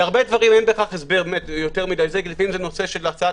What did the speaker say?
להרבה דברים אין הסבר כי לפעמים זה נושא של הצעת